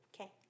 okay